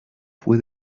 fue